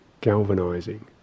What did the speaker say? galvanizing